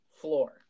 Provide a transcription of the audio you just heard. floor